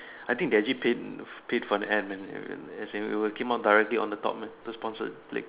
I think they actually paid f~ paid for the ad it will came out directly on the top eh those sponsored link